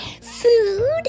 food